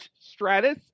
Stratus